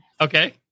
Okay